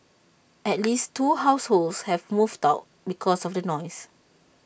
at least two households have moved out because of the noise